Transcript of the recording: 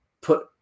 put